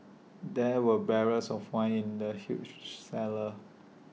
there were barrels of wine in the huge cellar